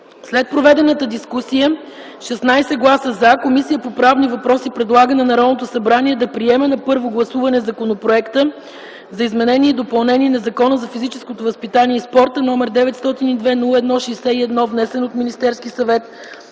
След проведената дискусия с 16 гласа „за” Комисията по правни въпроси предлага на Народното събрание да приеме на първо гласуване Законопроекта за изменение и допълнение на Закона за физическото възпитание и спорта, № 902-01-61, внесен от Министерския съвет